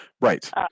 right